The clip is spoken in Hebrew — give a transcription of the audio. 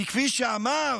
כי כפי שאמר,